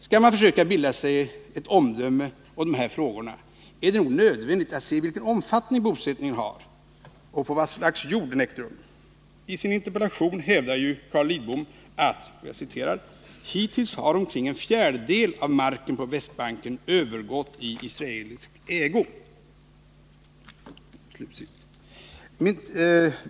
Skall man försöka bilda sig ett omdöme om de här frågorna är det nog nödvändigt att se vilken omfattning bosättningen har och på vad slags jord den ägt rum. I sin interpellation hävdar ju Carl Lidbom att hittills omkring en fjärdedel av marken på Västbanken övergått i israelisk ägo.